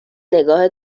نگاه